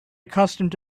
accustomed